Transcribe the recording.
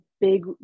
big